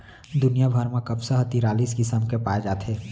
दुनिया भर म कपसा ह तिरालिस किसम के पाए जाथे